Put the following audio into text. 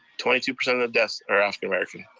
twenty two percent of the deaths are african american.